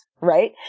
Right